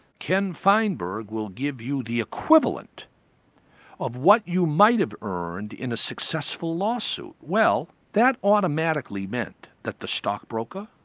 ken feinberg will give you the equivalent of what you might have earned in a successful lawsuit. well that automatically meant that the stockbroker,